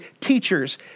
teachers